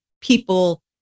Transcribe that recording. people